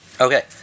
Okay